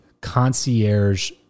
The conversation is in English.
concierge